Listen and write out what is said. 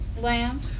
Lamb